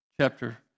chapter